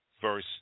verse